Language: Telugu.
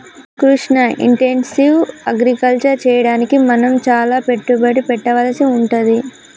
కృష్ణ ఇంటెన్సివ్ అగ్రికల్చర్ చెయ్యడానికి మనం చాల పెట్టుబడి పెట్టవలసి వుంటది